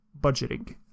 budgeting